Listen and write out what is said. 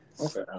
Okay